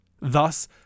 Thus